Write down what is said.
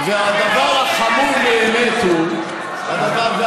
והדבר החמור באמת הוא, זה לא הרבה כסף.